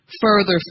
further